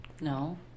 No